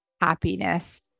happiness